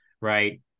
right